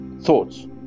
Thoughts